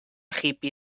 hippy